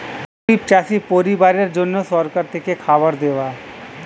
গরিব চাষি পরিবারের জন্য সরকার থেকে খাবার দেওয়া